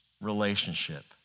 relationship